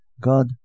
God